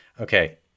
Okay